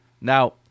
Now